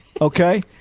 Okay